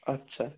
আচ্ছা